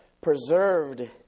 preserved